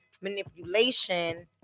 manipulation